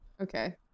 Okay